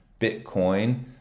Bitcoin